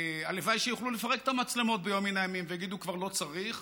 הלוואי שיוכלו לפרק את המצלמות ביום מן הימים ויגידו: כבר לא צריך,